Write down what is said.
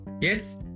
Yes